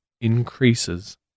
increases